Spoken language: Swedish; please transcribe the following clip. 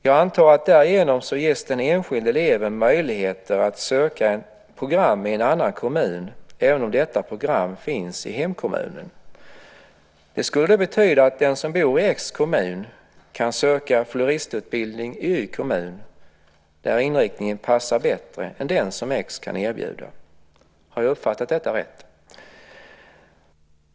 Jag antar att den enskilde eleven därigenom ges möjligheter att söka till ett program i en annan kommun, även om programmet finns i hemkommunen. Det skulle betyda att den som bor i x kommun kan söka till floristutbildning i y kommun där inriktningen passar bättre än den som x kan erbjuda. Har jag uppfattat det rätt?